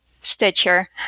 Stitcher